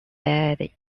died